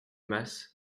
masses